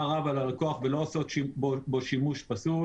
רב על הלקוח ולא עושות בו שימוש פסול.